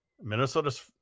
Minnesota's